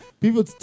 People